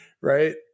Right